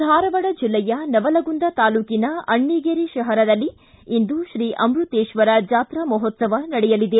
ಧಾರವಾಡ ಜಿಲ್ಲೆಯ ನವಲಗುಂದ ತಾಲೂಕಿನ ಅಣ್ಣಿಗೇರಿ ಶಹರದಲ್ಲಿ ಇಂದು ಶ್ರೀ ಅಮೃತೇಶ್ವರ ಜಾತ್ರಾ ಮಹೋತ್ಸವ ನಡೆಯಲಿದೆ